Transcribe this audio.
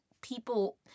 people